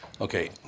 Okay